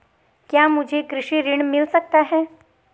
क्या मुझे कृषि ऋण मिल सकता है?